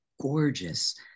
gorgeous